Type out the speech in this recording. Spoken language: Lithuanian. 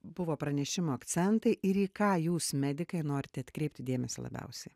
buvo pranešimo akcentai ir į ką jūs medikai norite atkreipti dėmesį labiausiai